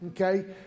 okay